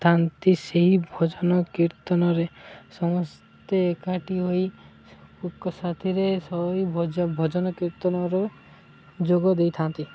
ଥାନ୍ତି ସେହି ଭଜନ କୀର୍ତ୍ତନରେ ସମସ୍ତେ ଏକାଠି ହୋଇ ସାଥିରେ ଭଜନ କୀର୍ତ୍ତନର ଯୋଗ ଦେଇଥାନ୍ତି